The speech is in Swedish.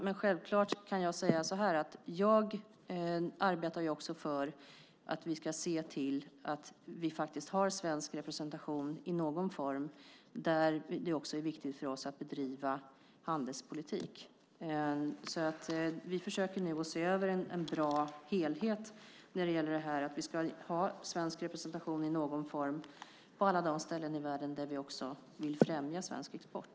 Men självklart kan jag säga att jag också arbetar för att vi ska se till att vi faktiskt har svensk representation i någon form där det är viktigt för oss att bedriva handelspolitik. Vi försöker nu att se över en bra helhet när det gäller att vi ska ha svensk representation i någon form på alla de ställen i världen där vi också vill främja svensk export.